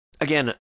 again